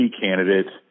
candidate